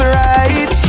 right